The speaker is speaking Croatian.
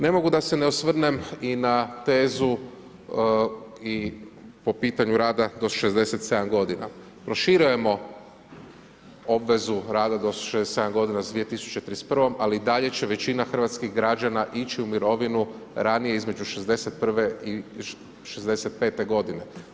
Ne mogu da se ne osvrnem i na tezu i po pitanju rada do 67 godina proširujemo obvezu rada do 67 godina sa 2031. ali i dalje će većina hrvatskih građana ići u mirovinu ranije između 61. i 65. godine.